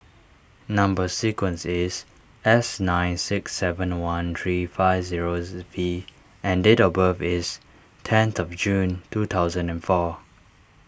Number Sequence is S nine six seven one three five zero V and date of birth is tenth of June two thousand and four